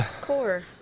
Core